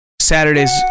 Saturdays